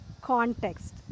context